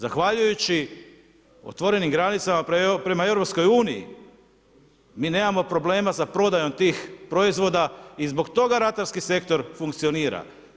Zahvaljujući otvorenim granicama prema EU, mi nemamo za prodajom tih proizvoda i zbog toga ratarski sektor funkcionira.